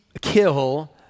kill